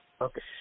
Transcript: Okay